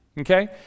okay